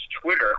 Twitter